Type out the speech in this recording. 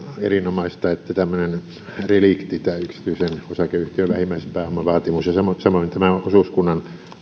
erinomaista että tämmöiset reliktit tämä yksityisen osakeyhtiön vähimmäispääomavaatimus ja samoin tämä osuuskunnan